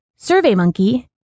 SurveyMonkey